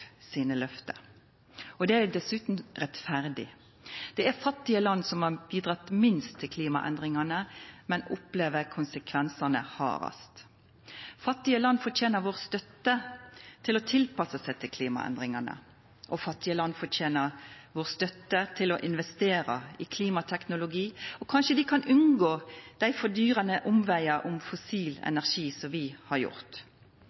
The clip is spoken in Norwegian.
Det er dessutan rettferdig. Det er fattige land som har bidrege minst til klimaendringane, men dei opplever konsekvensane hardast. Fattige land fortener vår støtte til å tilpassa seg klimaendringane, og fattige land fortener vår støtte til å investera i klimateknologi, og kanskje dei kan unngå dei fordyrande omvegane om fossil energi som vi har